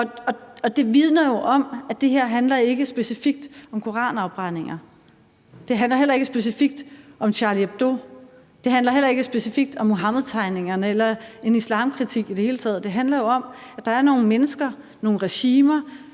Det vidner jo om, at det her ikke handler specifikt om koranafbrænding, det handler heller ikke specifikt om Charlie Hebdo, og det handler heller ikke specifikt om Muhammedtegningerne eller en islamkritik i det hele taget. Det handler jo om, at der er nogle mennesker og nogle regimer,